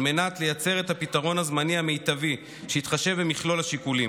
על מנת לייצר את הפתרון הזמני המיטבי שיתחשב במכלול השיקולים.